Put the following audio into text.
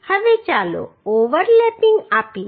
હવે ચાલો ઓવરલેપિંગ આપીએ